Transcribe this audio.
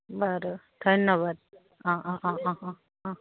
বাৰু ধন্যবাদ অঁ অঁ অঁ অঁ অঁ অঁ অঁ